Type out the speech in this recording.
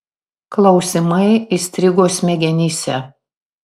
klausimai įstrigo smegenyse